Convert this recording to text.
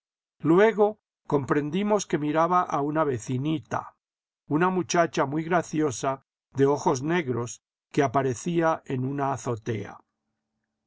luego comprendimos que miraba a una vecinita una muchacha muy graciosa de ojos negros que aparecía en una azotea